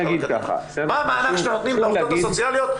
מה המענק שאתם נותנים לעובדות הסוציאליות,